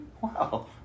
Wow